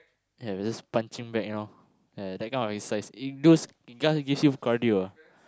ya just punching bag you know ya that kind of exercise is those it does gives you cardio ah